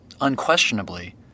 unquestionably